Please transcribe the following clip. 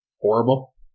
horrible